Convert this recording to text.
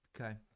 Okay